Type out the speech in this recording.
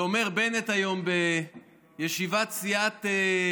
ואומר בנט היום בישיבת סיעת,